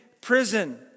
prison